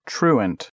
Truant，